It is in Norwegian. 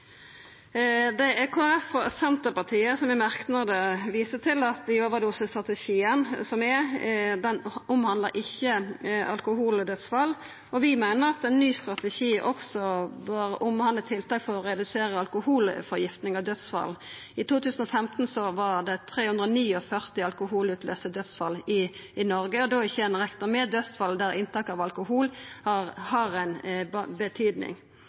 og Senterpartiet viser i merknad til at den overdosestrategien vi har, ikkje omhandlar alkoholdødsfall. Vi meiner at ein ny strategi også bør omhandla tiltak for å redusera alkoholforgifting- og dødsfall. I 2015 var det 349 alkoholutløyste dødsfall i Noreg, og då har ein ikkje rekna med dødsfall der inntak av alkohol hadde betyding. Vi viser òg til at ein